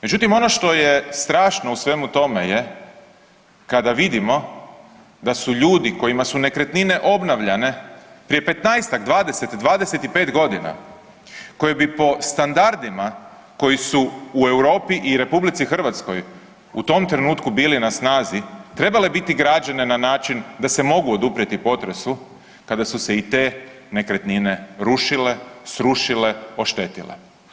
Međutim, ono što je strašno u svemu tome je kada vidimo da su ljudi kojima su nekretnine obnavljane prije 15-ak, 20, 25 godina koje bi po standardima koji su u Europi i RH u tom trenutku bili na snazi, trebale biti građene na način da se mogu oduprijeti potresu kada su se i te nekretnine rušile, srušile, oštetile.